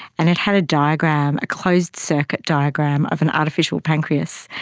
and it had a diagram, a closed-circuit diagram of an artificial pancreas,